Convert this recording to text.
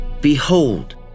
behold